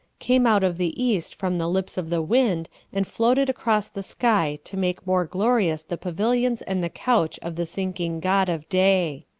came out of the east from the lips of the wind and floated across the sky to make more glorious the pavilions and the couch of the sinking god of day.